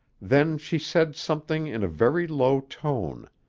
then she said something in a very low tone.